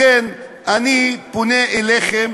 לכן אני פונה אליכם